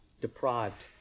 deprived